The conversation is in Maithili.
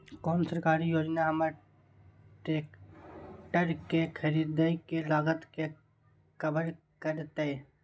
कोन सरकारी योजना हमर ट्रेकटर के खरीदय के लागत के कवर करतय?